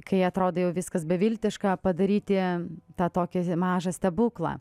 kai atrodo jau viskas beviltiška padaryti tą tokį mažą stebuklą